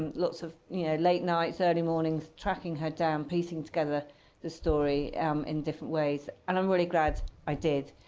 and lots of late nights, early mornings, tracking her down, piecing together the story um in different ways. and i'm really glad i did.